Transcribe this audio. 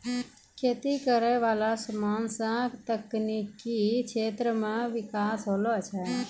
खेती करै वाला समान से तकनीकी क्षेत्र मे बिकास होलो छै